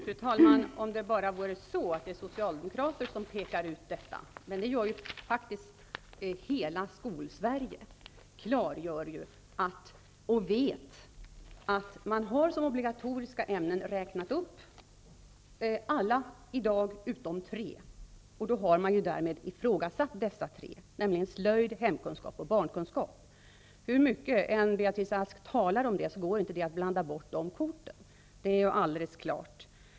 Fru talman! Om det bara vore socialdemokrater som pekar ut detta, men det gör faktiskt hela Skolsverige. Det har klargjorts att de obligatoriska ämnena skall vara de som i dag finns utom tre. Därmed har dessa tre, nämligen slöjd, hemkunskap och barnkunskap, ifrågasatts. Hur mycket Beatrice Ask än talar om det, går det inte att blanda bort dessa kort. Det är alldeles klart.